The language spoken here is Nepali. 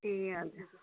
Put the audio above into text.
ए हजुर